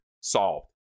solved